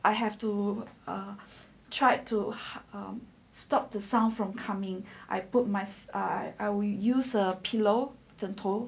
I have to try err to stop the sound from coming I put my I I will use a pillow 枕头